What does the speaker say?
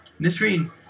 Nisreen